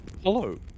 Hello